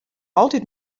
altyd